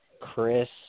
Chris